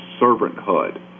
servanthood